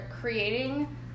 creating